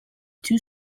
two